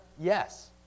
yes